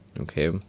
Okay